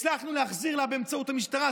הצלחנו להחזיר לה, באמצעות המשטרה.